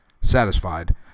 Satisfied